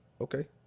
Okay